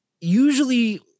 usually